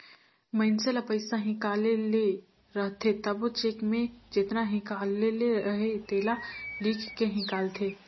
मइनसे ल पइसा हिंकाले ले रहथे तबो चेक में जेतना हिंकाले ले अहे तेला लिख के हिंकालथे